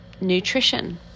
nutrition